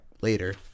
later